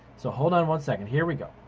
so hold on one second. here we go.